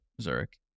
Zurich